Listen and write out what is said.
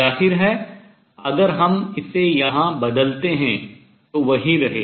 जाहिर है अगर हम इसे यहां बदलते हैं तो वही रहें